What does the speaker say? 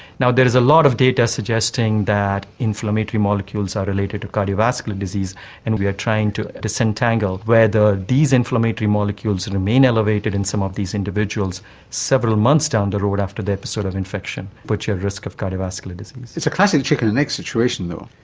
now, there is a lot of data suggesting that inflammatory molecules are related to cardiovascular disease and we are trying to disentangle whether these inflammatory molecules and remain elevated in some of these individuals several months down the road after the episode of infection puts you at risk of cardiovascular disease. it's a classic chicken-and-egg situation though.